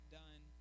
done